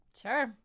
Sure